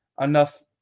enough